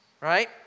right